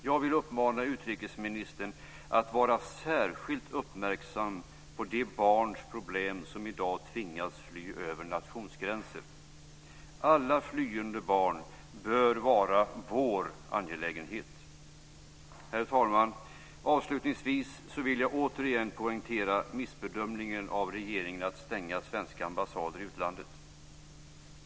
Jag vill uppmana utrikesministern att vara särskilt uppmärksam på problemen som de barn har som i dag tvingas fly över nationsgränser. Alla flyende barn bör vara vår angelägenhet. Herr talman! Avslutningsvis vill jag återigen poängtera regeringens missbedömning att stänga svenska ambassader i utlandet.